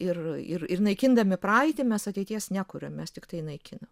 ir ir ir naikindami praeitį mes ateities nekuriam mes tiktai naikinam